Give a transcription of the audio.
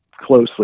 closely